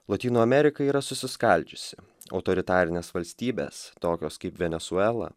lotynų amerika yra susiskaldžiusi autoritarinės valstybės tokios kaip venesuela